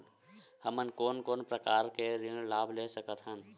हमन कोन कोन प्रकार के ऋण लाभ ले सकत हन?